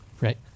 Right